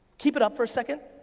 keep it up for a second.